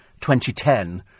2010